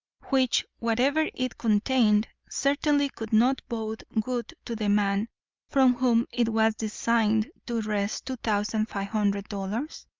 which, whatever it contained, certainly could not bode good to the man from whom it was designed to wrest two thousand five hundred dollars?